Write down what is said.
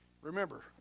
Remember